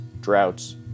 droughts